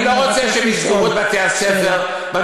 אני לא רוצה שיסגרו את בתי-הספר במגזר